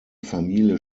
familie